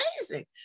amazing